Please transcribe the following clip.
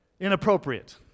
inappropriate